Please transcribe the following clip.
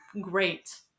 great